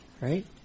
Right